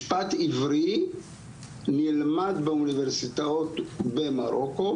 משפט עברי נלמד באוניברסיטאות במרוקו,